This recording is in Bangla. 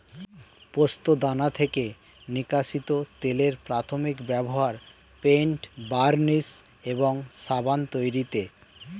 পোস্তদানা থেকে নিষ্কাশিত তেলের প্রাথমিক ব্যবহার পেইন্ট, বার্নিশ এবং সাবান তৈরিতে